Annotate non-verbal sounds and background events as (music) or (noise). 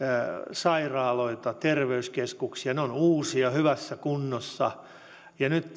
sairaaloita terveyskeskuksia ne ovat uusia ja hyvässä kunnossa ja nyt (unintelligible)